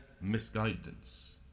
misguidance